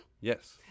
Yes